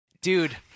dude